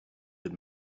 that